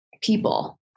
people